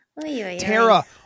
Tara